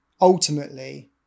ultimately